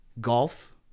golf